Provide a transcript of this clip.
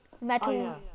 metal